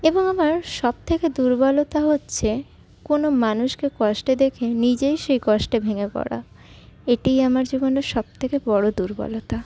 এবং আমার সবথেকে দুর্বলতা হচ্ছে কোনো মানুষকে কষ্টে দেখে নিজেই সেই কষ্টে ভেঙ্গে পড়া এটি আমার জীবনে সবথেকে বড়ো দুর্বলতা